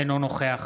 אינו נוכח